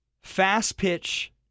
fast-pitch